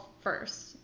first